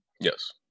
Yes